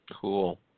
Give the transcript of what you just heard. Cool